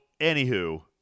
anywho